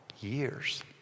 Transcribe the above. years